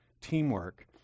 teamwork